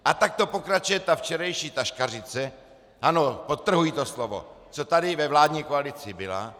A takto pokračuje ta včerejší taškařice, ano, podtrhuji to slovo, co tady ve vládní koalici byla.